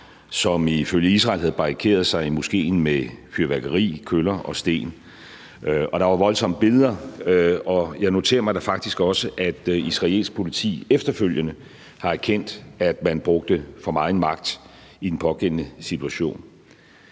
som ifølge Israel havde barrikaderet sig i moskéen med fyrværkeri, køller og sten. Der var voldsomme billeder derfra, og jeg noterer mig da faktisk også, at israelsk politi efterfølgende har erkendt, at man brugte for meget magt i den pågældende situation.